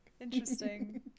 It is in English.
Interesting